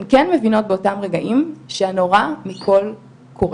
הן כן מבינות באותן רגעים שהנורא מכל קורה,